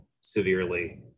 severely